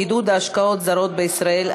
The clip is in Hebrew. עידוד השקעות זרות בישראל),